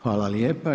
Hvala lijepa.